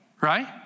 right